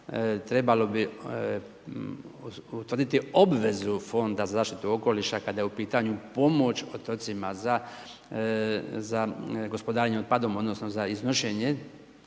trebalo bi utvrditi obvezu fonda za zaštitu okoliša kada je u pitanju pomoć otocima za gospodarenje otpadom, odnosno, iznošenje